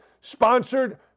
Sponsored